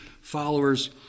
followers